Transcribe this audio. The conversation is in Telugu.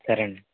సరే అండి